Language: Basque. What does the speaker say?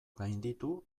gainditu